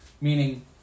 Meaning